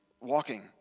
walking